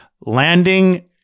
landing